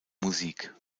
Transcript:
musik